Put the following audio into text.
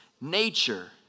nature